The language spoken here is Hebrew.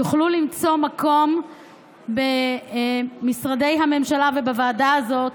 יוכלו למצוא מקום במשרדי הממשלה ובוועדה הזו,